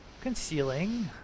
concealing